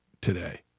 today